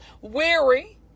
weary